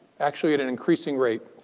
actually at an increasing rate,